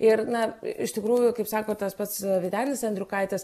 ir na iš tikrųjų kaip sako tas pats vytenis andriukaitis